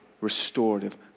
restorative